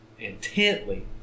intently